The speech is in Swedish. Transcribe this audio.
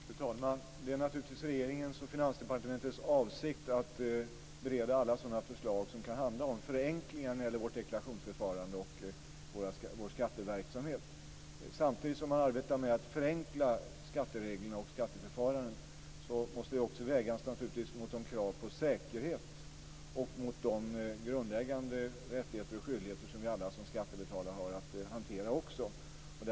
Fru talman! Det är naturligtvis regeringens och Finansdepartementets avsikt att bereda alla sådana här förslag som kan handla om förenklingar när det gäller vårt deklarationsförfarande och vår skatteverksamhet. Samtidigt som man arbetar med att förenkla skattereglerna och skatteförfarandet måste detta naturligtvis också vägas mot kraven på säkerhet och mot de grundläggande rättigheter och skyldigheter som vi alla som skattebetalare också har att hantera.